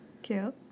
Cute